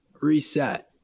reset